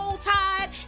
Tide